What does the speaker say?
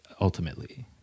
ultimately